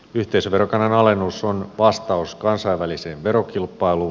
yhteisöverokannan alennus on vastaus kansainväliseen verokilpailuun